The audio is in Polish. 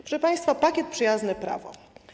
Proszę państwa, pakiet „Przyjazne prawo”